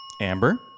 Amber